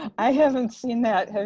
i haven't seen that.